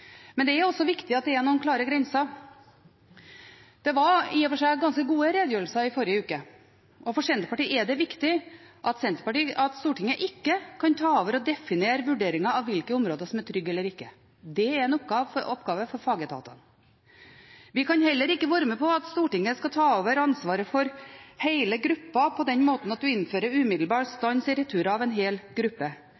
klare grenser. Det var i og for seg ganske gode redegjørelser i forrige uke. For Senterpartiet er det viktig at Stortinget ikke kan ta over og definere vurderingen av hvilke områder som er trygge eller ikke. Det er en oppgave for fagetatene. Vi kan heller ikke være med på at Stortinget skal ta over ansvaret for hele grupper på den måten at man innfører umiddelbar